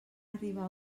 arribar